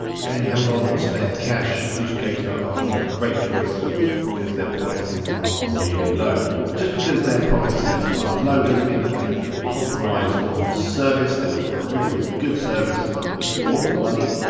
and you haven't got a lot of spare cash, hostgator are a great choice because they're prices are really low. but just because their prices are low doesn't mean that they compromise on service. they offer a really good service for the money.